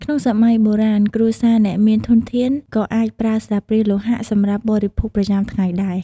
ក្នុងសម័យបុរាណ គ្រួសារអ្នកមានធនធានក៏អាចប្រើស្លាបព្រាលោហៈសម្រាប់បរិភោគប្រចាំថ្ងៃដែរ។